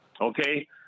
okay